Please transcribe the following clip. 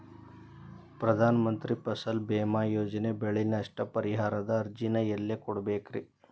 ಪ್ರಧಾನ ಮಂತ್ರಿ ಫಸಲ್ ಭೇಮಾ ಯೋಜನೆ ಬೆಳೆ ನಷ್ಟ ಪರಿಹಾರದ ಅರ್ಜಿನ ಎಲ್ಲೆ ಕೊಡ್ಬೇಕ್ರಿ?